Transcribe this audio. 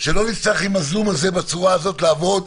שלא נצטרך עם הזום הזה בצורה הזאת לעבוד,